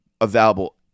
available